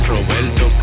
Roberto